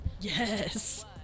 Yes